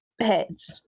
heads